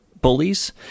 bullies